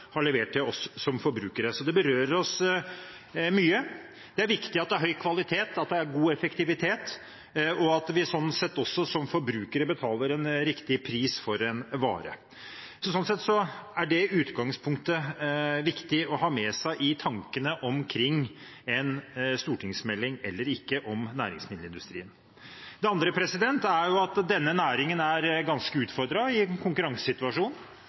har levert til oss som forbrukere. Så det berører oss mye. Det er viktig at det har høy kvalitet, at det er god effektivitet, og at vi som forbrukere betaler en riktig pris for en vare. Det utgangspunktet er viktig å ha med seg i tankene omkring en stortingsmelding eller ikke om næringsmiddelindustrien. Det andre er at denne næringen er ganske utfordret i